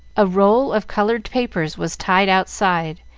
a roll of colored papers was tied outside,